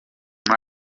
muri